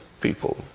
people